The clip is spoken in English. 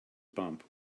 bump